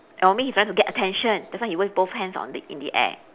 or maybe he is trying to get attention that's why he wave both hands on the in the air